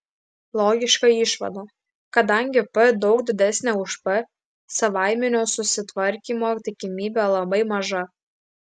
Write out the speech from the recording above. logiška išvada kadangi p daug didesnė už p savaiminio susitvarkymo tikimybė labai maža